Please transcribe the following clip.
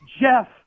Jeff